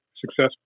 successful